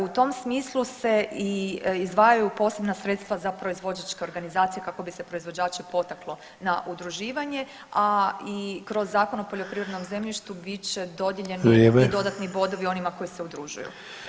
U tom smislu se i izdvajaju posebna sredstva za posebna sredstva za proizvođačke organizacije kako bi se proizvođače potaklo na udruživanja, a i kroz Zakon o poljoprivrednom zemljištu bit će dodijeljeni [[Upadica Sanader: Vrijeme.]] i dodatni bodovi onima koji se udružuju.